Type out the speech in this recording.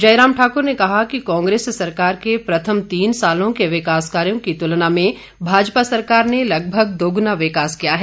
जयराम ठाकुर ने कहा कि कांग्रेस सरकार के प्रथम तीन सालों के विकास कार्यो की तुलना में भाजपा सरकार ने लगभग दोगुना विकास किया है